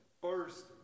first